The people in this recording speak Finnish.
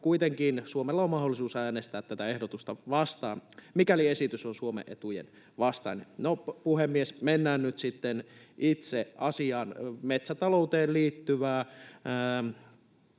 kuitenkin: Suomella on mahdollisuus äänestää tätä ehdotusta vastaan, mikäli esitys on Suomen etujen vastainen. No, puhemies, mennään nyt sitten itse asiaan, metsätalouteen liittyvään